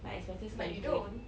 my expenses can be claimed